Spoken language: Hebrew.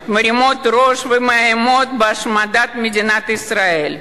מרימים ראש ומאיימים בהשמדת מדינת ישראל.